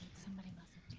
somebody must've